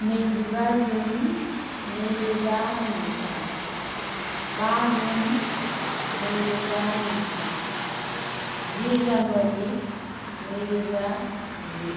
नैजिबा जुन नैरोजा नैजिथाम बा जुन नैरोजा नैजिथाम जि जानुवारि नैरोजा जि